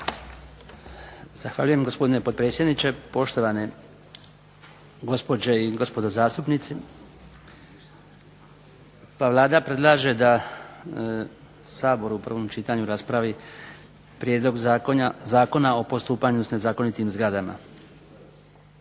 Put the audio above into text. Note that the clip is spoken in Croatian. Zahvaljujem gospodine potpredsjedniče, poštovane gospođe i gospodo zastupnici. Vlada predlaže Saboru u prvom čitanju raspravi Prijedlog zakona o postupanju s nezakonitim zgradama.